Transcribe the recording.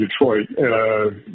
Detroit